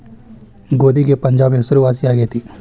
ಗೋಧಿಗೆ ಪಂಜಾಬ್ ಹೆಸರುವಾಸಿ ಆಗೆತಿ